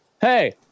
hey